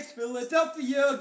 Philadelphia